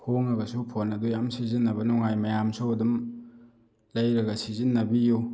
ꯍꯣꯡꯉꯒꯁꯨ phone ꯑꯗꯨ ꯌꯥꯝ ꯁꯤꯖꯤꯟꯅꯕ ꯅꯨꯡꯉꯥꯏ ꯃꯌꯥꯝꯁꯨ ꯑꯗꯨꯝ ꯂꯩꯔꯒ ꯁꯤꯖꯤꯟꯅꯕꯤꯌꯨ